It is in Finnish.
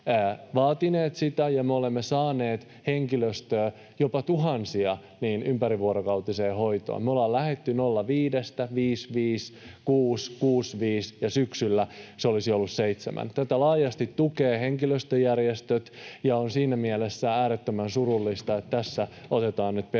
vuosia vaatineet sitä ja me olemme saaneet henkilöstöä jopa tuhansia ympärivuorokautiseen hoitoon. Me ollaan lähdetty 0,5:stä — 0,55; 0,6; 0,65 — ja syksyllä se olisi ollut 0,7. Henkilöstöjärjestöt tukevat tätä laajasti, ja on siinä mielessä äärettömän surullista, että tässä katsotaan nyt peruutuspeiliin.